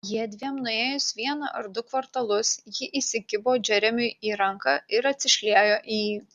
jiedviem nuėjus vieną ar du kvartalus ji įsikibo džeremiui į ranką ir atsišliejo į jį